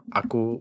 aku